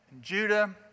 Judah